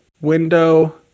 window